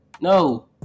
No